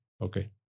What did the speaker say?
okay